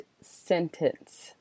sentence